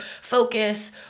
focus